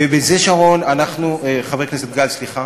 ובזה, שרון, אנחנו, חבר הכנסת גל, סליחה,